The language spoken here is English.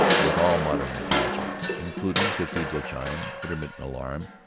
with all modern attachments, including cathedral chime, intermittent alarm,